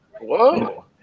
Whoa